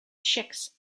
chicks